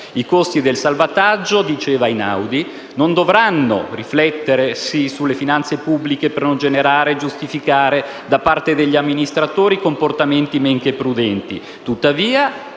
i costi del salvataggio - diceva Einaudi - non devono riflettersi sulle finanze pubbliche per non generare e giustificare da parte degli amministratori, comportamenti men che prudenti. Einaudi